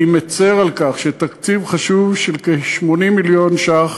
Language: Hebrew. אני מצר על כך שתקציב חשוב של כ-80 מיליון ש"ח